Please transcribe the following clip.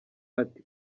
ati